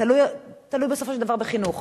תלוי בסופו של דבר בחינוך.